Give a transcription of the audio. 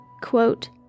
quote